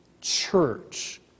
church